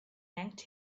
yanked